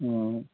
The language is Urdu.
ہوں